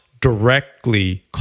directly